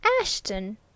Ashton